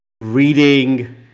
reading